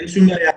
אין שום בעיה.